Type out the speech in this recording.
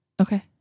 Okay